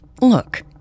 Look